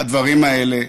הדברים האלה,